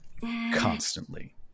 constantly